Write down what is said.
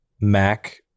mac